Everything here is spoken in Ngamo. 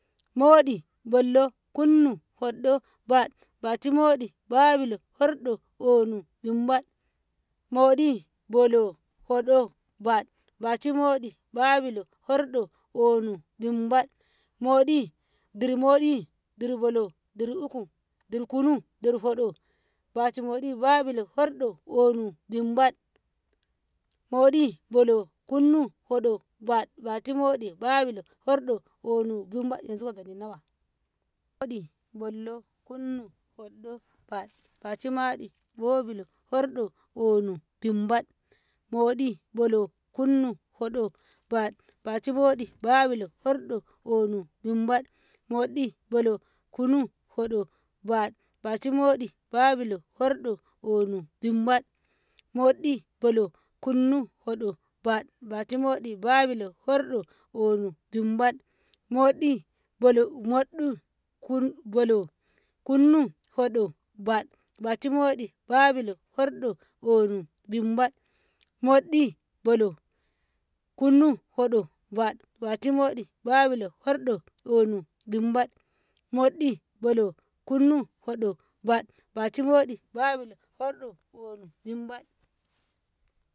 moɗi, bollo, kunnum, hoɗɗo, bad, baci moɗi, babilo, horɗo, ɓonu, bimbad, moɗi, bolo, hoɗo, bad, bashi maɗi, babilo, horɗo, ɓonu, bimbad, moɗi, dir moɗi, dir bolo, dir uku, dir kunu, dir hoɗo, baci moɗi, babilo, horɗo bonu bimbad, moɗi, bolo, kunnu, hoɗo, bad, baci moɗi, babilo, horɗo, ɓonu, bimbad, yanzu kagani nawa? moɗi, bollo, kunnum, hoɗɗo, bad, baci maɗi, bobilo, hoɗɗo, bonu, bimbad, moɗi, bollo, kunnum, hoɗɗo, bad, baci moɗi, babilo, hoɗɗo, kunu, hoɗo, moɗi, bolo, kunu, hoɗo, baci moɗi, babilo, ɓonu, bimbad, moɗi, bolo, kunu, hoɗo, bad, bashi moɗi, babilo, horɗo, ɓonu, bimbad, moɗi, bolo, kunu, hoɗo, bad, bashi moɗi, babilo, horɗo, ɓonu, bimbad, moɗi, bolo, kunnu, hoɗo, bad, baci moɗi, babilo, ɓonu, bimbad.